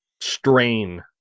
strain